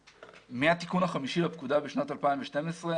מהתיקון החמישי לפקודה בשנת 2012,